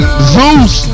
Zeus